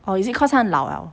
or is it cause 他很老 liao